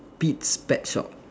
Pete's pet shop